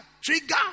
trigger